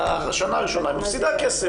בשנה הראשונה היא מפסידה כסף,